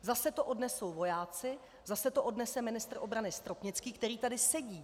Zase to odnesou vojáci, zase to odnese ministr obrany Stropnický, který tady sedí.